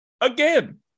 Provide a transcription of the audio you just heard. again